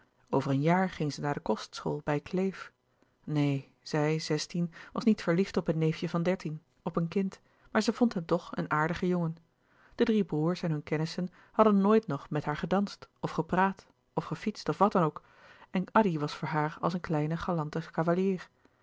over een jaar ging zij naar de kostschool bij kleef neen zij zestien was niet verliefd op een neefje van dertien op een kind maar zij vond hem toch een aardige jongen de drie broêrs en hunne kennissen hadden nooit nog met haar gedanst of gepraat of gefietst of wat ook en addy was voor haar als een kleine galante cavalier